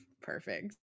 perfect